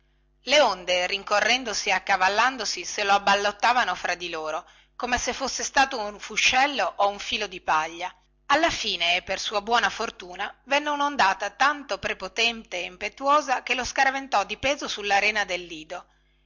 le onde rincorrendosi e accavallandosi se lo abballottavano fra di loro come se fosse stato un fuscello o un filo di paglia alla fine e per sua buona fortuna venne unondata tanto prepotente e impetuosa che lo scaraventò di peso sulla rena del lido